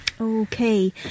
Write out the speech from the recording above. Okay